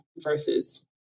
versus